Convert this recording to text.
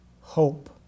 hope